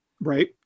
Right